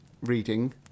reading